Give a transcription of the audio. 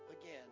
again